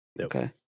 okay